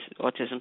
autism